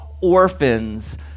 orphans